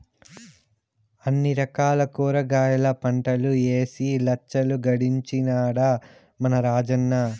అన్ని రకాల కూరగాయల పంటలూ ఏసి లచ్చలు గడించినాడ మన రాజన్న